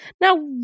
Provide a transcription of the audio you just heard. Now